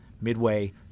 midway